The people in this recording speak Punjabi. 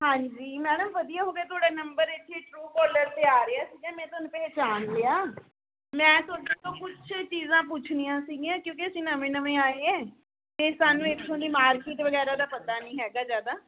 ਹਾਂਜੀ ਮੈਡਮ ਵਧੀਆ ਹੋ ਗਿਆ ਤੁਹਾਡਾ ਨੰਬਰ ਇੱਥੇ ਟਰੂ ਕਾਲਰ 'ਤੇ ਆ ਰਿਹਾ ਸੀਗਾ ਮੈਂ ਤੁਹਾਨੂੰ ਪਹਿਚਾਣ ਲਿਆ ਮੈਂ ਤੁਹਾਡੇ ਤੋਂ ਕੁੱਛ ਚੀਜ਼ਾਂ ਪੁੱਛਣੀਆਂ ਸੀਗੀਆਂ ਕਿਉਂਕਿ ਅਸੀਂ ਨਵੇਂ ਨਵੇਂ ਆਏ ਹੈ ਅਤੇ ਸਾਨੂੰ ਇੱਥੋਂ ਦੀ ਮਾਰਕੀਟ ਵਗੈਰਾ ਦਾ ਪਤਾ ਨਹੀਂ ਹੈਗਾ ਜ਼ਿਆਦਾ